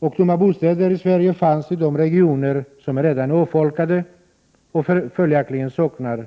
Dessa bostäder i Sverige finns i de regioner som redan är avfolkade och följaktligen saknar